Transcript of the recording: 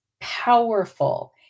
powerful